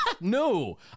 No